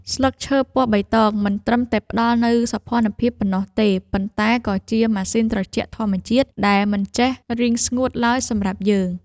ស្លឹកឈើពណ៌បៃតងមិនត្រឹមតែផ្ដល់នូវសោភ័ណភាពប៉ុណ្ណោះទេប៉ុន្តែក៏ជាម៉ាស៊ីនត្រជាក់ធម្មជាតិដែលមិនចេះរីងស្ងួតឡើយសម្រាប់យើង។